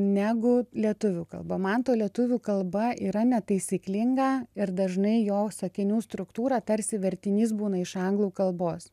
negu lietuvių kalba manto lietuvių kalba yra netaisyklinga ir dažnai jo sakinių struktūra tarsi vertinys būna iš anglų kalbos